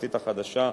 התקשורתית החדשה,